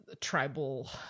tribal